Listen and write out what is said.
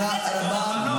תודה רבה.